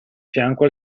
fianco